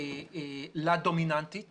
לדומיננטית